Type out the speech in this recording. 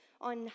on